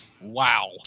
wow